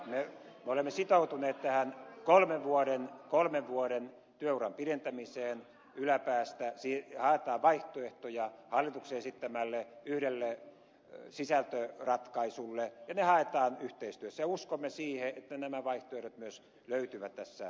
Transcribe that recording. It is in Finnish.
me olemme sitoutuneet tähän kolmen vuoden työuran pidentämiseen yläpäästä haetaan vaihtoehtoja hallituksen esittämälle yhdelle sisältöratkaisulle ja ne haetaan yhteistyössä ja uskomme siihen että nämä vaihtoehdot myös löytyvät tässä yhteistyössä